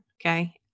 Okay